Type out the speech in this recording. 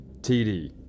TD